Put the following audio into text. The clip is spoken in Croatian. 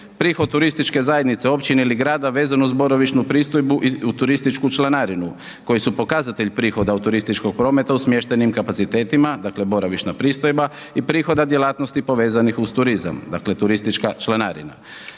prihod turističke zajednice općine ili grada vezano uz boravišnu pristojbu i turističku članarinu koji su pokazatelj prihoda od turističkog prometa u smještenim kapacitetima, dakle boravišna pristojba i prihoda djelatnosti povezanih uz turizam, dakle turistička članarina.